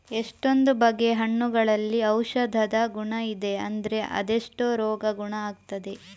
ಎಷ್ಟೊಂದು ಬಗೆಯ ಹಣ್ಣುಗಳಲ್ಲಿ ಔಷಧದ ಗುಣ ಇದೆ ಅಂದ್ರೆ ಅದೆಷ್ಟೋ ರೋಗ ಗುಣ ಆಗ್ತದೆ